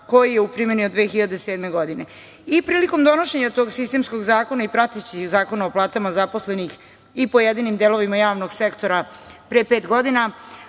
koji je u primeni od 2007. godine. Prilikom donošenje tog sistemskog zakona i pratećih zakona o platama zaposlenih i pojedinim delovima javnog sektora pre pet godina